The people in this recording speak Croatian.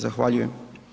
Zahvaljujem.